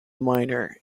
minor